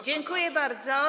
Dziękuję bardzo.